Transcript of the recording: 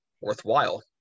worthwhile